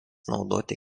naudoti